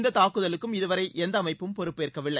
இந்த தாக்குதலுக்கு இதுவரை எந்த அமைப்பும் பொறுப்பேற்கவில்லை